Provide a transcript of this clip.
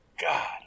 God